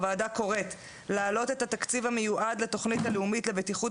הוועדה קוראת להעלות את התקציב המיועד לתוכנית הלאומית לבטיחות